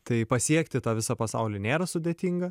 tai pasiekti tą visą pasaulį nėra sudėtinga